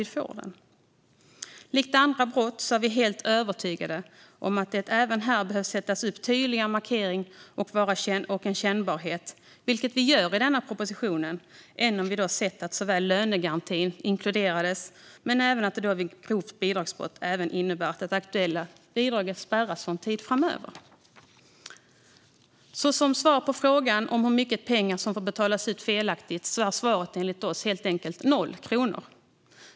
Likt när det gäller andra brott är vi helt övertygade om att det här behöver göras en tydligare markering och med en kännbarhet, vilket vi gör i denna proposition. Vi hade gärna sett att lönegarantin inkluderades och att även grovt bidragsbrott skulle innebära att det aktuella bidraget spärrades för en tid framöver. Som svar på frågan om hur mycket pengar som får betalas ut felaktigt är svaret enligt oss helt enkel 0 kronor.